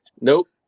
nope